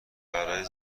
برای